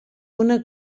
una